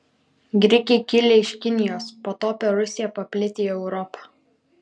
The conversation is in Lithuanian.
grikiai kilę iš kinijos po to per rusiją paplitę į europą